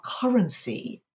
currency